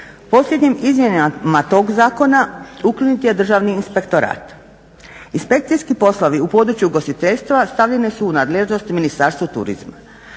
posljednjim izmjenama tog zakona ukinut je državni inspektorat. Inspekcijski poslovi u području ugostiteljstva stavljene su u nadležnosti Ministarstvu turizma.